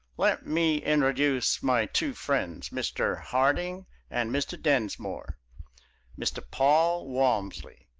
let me introduce my two friends, mr. harding and mr. densmore mr. paul walmsley.